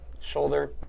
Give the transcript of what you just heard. Shoulder